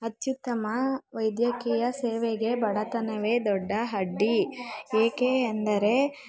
ಅತ್ಯುತ್ತಮ ವೈದ್ಯಕೀಯ ಸೇವೆಗೆ ಬಡತನವೇ ದೊಡ್ಡ ಅಡ್ಡಿ ಏಕೆ ಅಂದರೆ